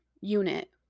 unit